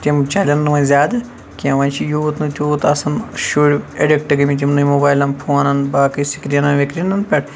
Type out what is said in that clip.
تِم چَلن نہٕ وونۍ زیادٕ کینٛہہ وۄنۍ چھُ یوٗت نہٕ تیوت آسان شُڑۍ ایٚڑکٹہٕ گٔمِتۍ یِمنٕے موبایلَن فونَن باقمے سِکریٖنَن وِکریٖنَن پٮ۪ٹھ